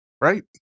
Right